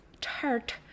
tart